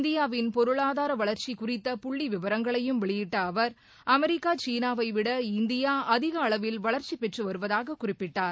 இந்தியாவின் பொருளாதார வளர்ச்சி குறித்த புள்ளி விவரங்களையும் வெளியிட்ட அவர் அமெரிக்கா சீனாவை விட இந்தியா அதிக அளவில் வளர்ச்சி பெற்று வருவதாக குறிப்பிட்டார்